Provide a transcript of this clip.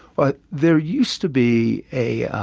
but there used to be a